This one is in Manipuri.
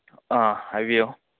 ꯑꯥ ꯍꯥꯏꯕꯤꯌꯨ